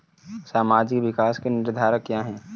सामाजिक विकास के निर्धारक क्या है?